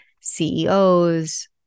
CEOs